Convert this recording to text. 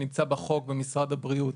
שנמצא בחוק במשרד הבריאות.